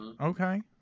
okay